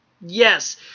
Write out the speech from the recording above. Yes